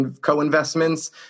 co-investments